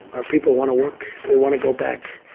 our people want to work. they want to go back.